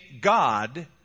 God